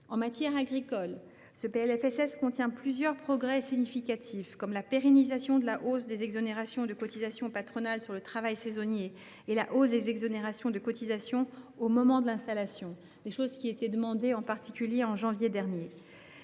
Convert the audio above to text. En matière agricole, ce PLFSS contient plusieurs progrès significatifs, comme la pérennisation de la hausse des exonérations de cotisations patronales sur le travail saisonnier et la hausse des exonérations de cotisations au moment de l’installation, des avancées qui ont été demandées en janvier dernier.